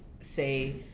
say